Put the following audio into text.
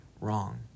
wrong